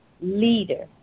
leader